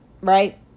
right